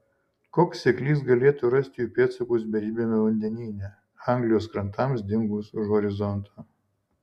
koks seklys galėtų rasti jų pėdsakus beribiame vandenyne anglijos krantams dingus už horizonto